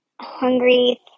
hungry